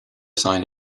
assign